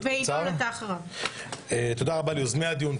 תודה רבה ליוזמי הדיון,